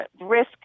risk